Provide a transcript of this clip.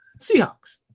Seahawks